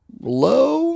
low